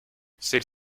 celle